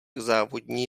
závodní